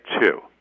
two